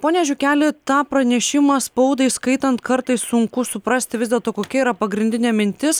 pone žiukeli tą pranešimą spaudai skaitant kartais sunku suprasti vis dėlto kokia yra pagrindinė mintis